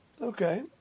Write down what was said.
Okay